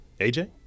AJ